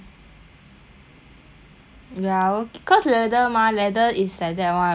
well cause leather lah leather is like that [one] will smelly [one] that's why